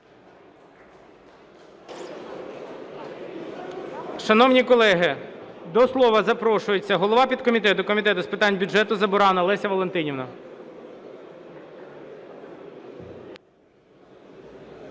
Шановні колеги, до слова запрошується голова підкомітету Комітету з питань бюджету Забуранна Леся Валентинівна